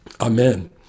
Amen